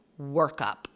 workup